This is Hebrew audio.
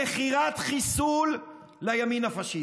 מכירת חיסול לימין הפשיסטי.